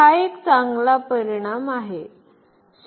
तर हा एक चांगला परिणाम आहे